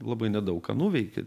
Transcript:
labai nedaug ką nuveikia